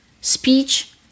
speech